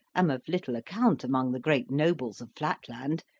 am of little account among the great nobles of flatland,